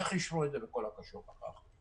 איך אישרו את זה וכל הקשור בכך.